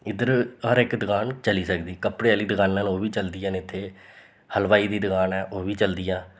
इद्धर हर इक दकान चली सकदी कपड़े आह्ली दकाना न ओह् बी चलदियां न इत्थें हलवाई दी दकान ऐ ओह् बी चलदियां